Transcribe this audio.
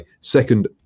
second